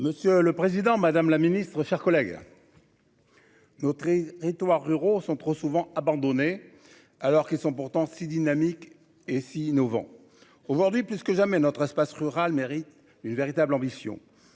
Monsieur le Président Madame la Ministre, chers collègues. Notre et Édouard ruraux sont trop souvent abandonnés. Alors qu'ils sont pourtant si dynamique et si innovant. Aujourd'hui plus que jamais notre espace rural mérite une véritable ambition